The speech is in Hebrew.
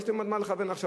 יש להם על מה לכוון עכשיו,